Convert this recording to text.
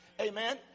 Amen